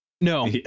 No